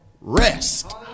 rest